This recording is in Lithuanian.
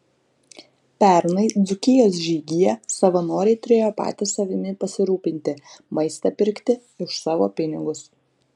pernai dzūkijos žygyje savanoriai turėjo patys savimi pasirūpinti maistą pirkti už savo pinigus